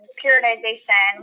periodization